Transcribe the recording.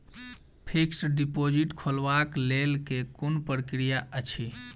Fixed deposit खोलबाक लेल केँ कुन प्रक्रिया अछि?